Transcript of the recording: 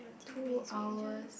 two hours